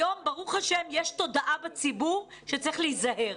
היום, ברוך השם, יש תודעה בציבור שצריך להיזהר.